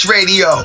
Radio